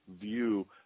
view